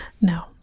no